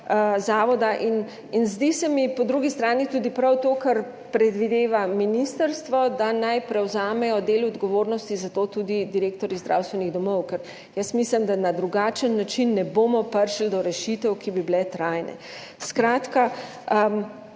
se mi zdi prav tudi to, kar predvideva ministrstvo, da naj prevzamejo del odgovornosti za to tudi direktorji zdravstvenih domov, ker jaz mislim, da na drugačen način ne bomo prišli do rešitev, ki bi bile trajne.